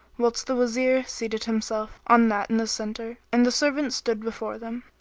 whilst the wazir seated himself on that in the centre, and the servants stood before them.